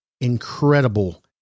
incredible